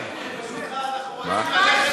אנחנו רוצים ללכת הביתה.